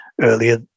earlier